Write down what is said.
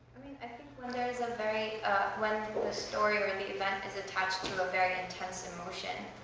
i think when there's a very when the story or and the event is attached to a very intense emotion,